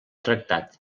tractat